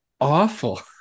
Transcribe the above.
awful